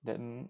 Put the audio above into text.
then